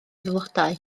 flodau